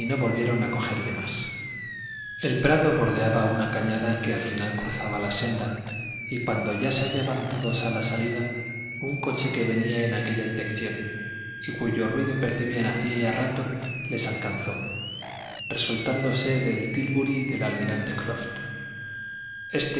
volvieron a cogerle más el prado bordeaba una cañada que al final cruzaba la senda y cuando ya se hallaban todos a la salida un coche que venía en aquella dirección y cuyo ruido percibían hacía ya rato les alcanzó resultando ser el tílburi del almirante